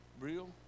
Real